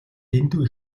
дэндүү